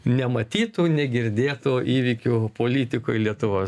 nematytų negirdėtų įvykių politikoj lietuvos